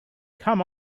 come